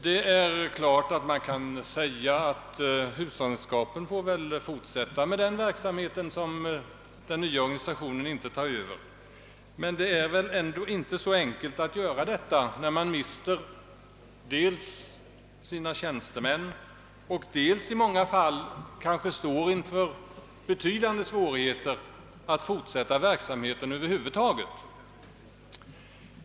Det är klart att man kan säga att hushållningssällskapen får fortsätta med den verksamhet som den nya organisationen inte tar över. Men det är inte så enkelt att göra detta när sällskapen mister dels tjänstemännen och dels i många fall kanske står inför betydande svårigheter att fortsätta verksamheten över huvud taget.